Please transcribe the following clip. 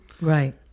Right